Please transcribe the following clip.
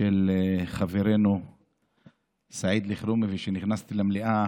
של חברנו סעיד אלחרומי, וכשנכנסתי למליאה,